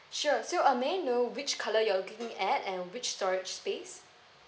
sure so uh may I know which color you're looking at and which storage space